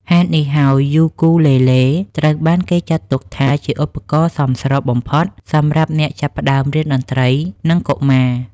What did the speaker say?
ហេតុនេះហើយ យូគូលេលេត្រូវបានគេចាត់ទុកថាជាឧបករណ៍សមស្របបំផុតសម្រាប់អ្នកចាប់ផ្តើមរៀនតន្ត្រី និងកុមារ។